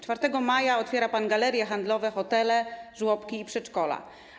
4 maja otwiera pan galerie handlowe, hotele, żłobki i przedszkola.